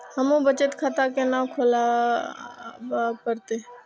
हमू बचत खाता केना खुलाबे परतें?